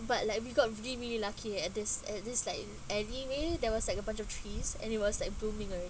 but like we got really really lucky at this at this like anime there was like a bunch of trees and it was like blooming already